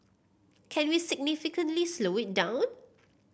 can we significantly slow it down